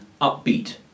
upbeat